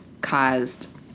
caused